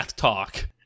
Talk